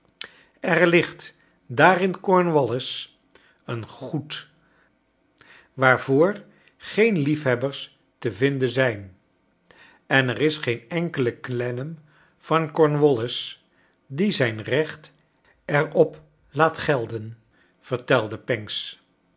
er ligt daar in cornwallis een goed waarvoor geen liefhebbers te vinden zijn en er is geen enkele clennam van cornwallis die zijn recht er op laat gelden vertelde